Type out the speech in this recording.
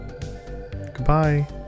Goodbye